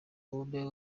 mubumbe